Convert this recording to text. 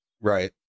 Right